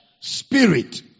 spirit